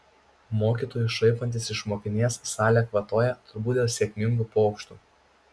mokytojui šaipantis iš mokinės salė kvatoja turbūt dėl sėkmingų pokštų